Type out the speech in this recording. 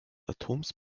atoms